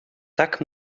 tak